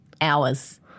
hours